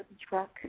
truck